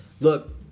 look